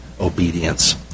obedience